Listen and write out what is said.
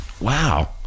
Wow